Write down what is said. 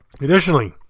Additionally